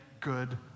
good